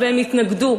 והם התנגדו.